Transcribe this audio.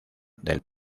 del